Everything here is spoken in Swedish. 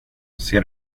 ser